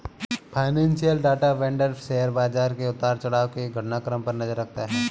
financial data vendor शेयर बाजार के उतार चढ़ाव के घटनाक्रम पर नजर रखता है